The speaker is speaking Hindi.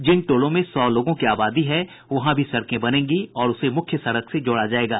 जिन टोलों में सौ लोगों की आबादी है वहां भी सड़कें बनेंगी और उसे मुख्य सड़क से जोड़ा जायेगा